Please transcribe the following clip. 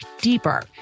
deeper